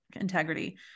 integrity